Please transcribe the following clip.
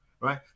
right